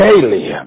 daily